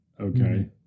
Okay